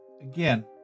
again